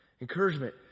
Encouragement